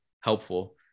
helpful